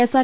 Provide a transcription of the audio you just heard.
S R